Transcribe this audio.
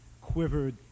quivered